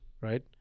Right